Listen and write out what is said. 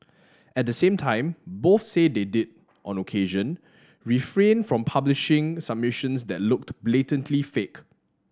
at the same time both say they did on occasion refrain from publishing submissions that looked blatantly fake